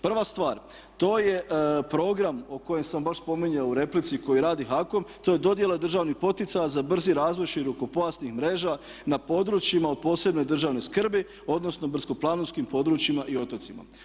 Prva stvar, to je program o kojem sam baš spominjao u replici koji radi HAKOM, to je dodjela državnih poticaja za brzi razvoj širokopojasnih mreža na područjima od posebne državne skrbi odnosno brdsko-planinskim područjima i otocima.